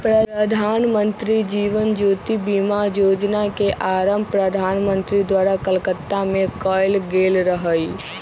प्रधानमंत्री जीवन ज्योति बीमा जोजना के आरंभ प्रधानमंत्री द्वारा कलकत्ता में कएल गेल रहइ